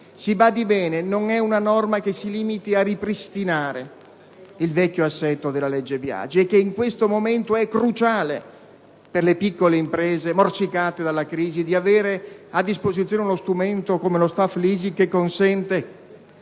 Si badi bene: non è una norma che si limita a ripristinare il vecchio assetto della legge Biagi; è che in questo momento è cruciale per le piccole imprese morsicate dalla crisi avere a disposizione uno strumento, come lo *staff leasing,* che consente